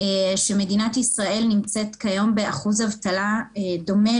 שמדינת ישראל נמצאת כיום באחוז אבטלה דומה